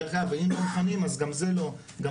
דרך אגב, אם היינו מפנים אז גם זה לא בחדשות.